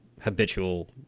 habitual